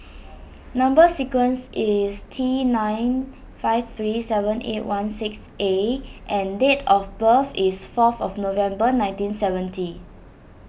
Number Sequence is T nine five three seven eight one six A and date of birth is four of November nineteen seventy